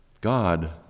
God